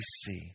see